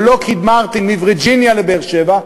או את "לוקהיד מרטין" מווירג'יניה לבאר-שבע?